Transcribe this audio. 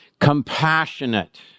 compassionate